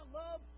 love